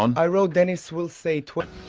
um i wrote dennis will say twelve.